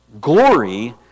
glory